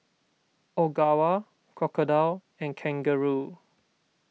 Ogawa Crocodile and Kangaroo